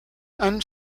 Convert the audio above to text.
and